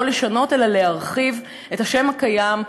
לא לשנות אלא להרחיב את השם הקיים,